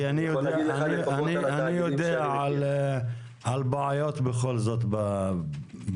כי אני יודע על בעיות בכל זאת בנושא.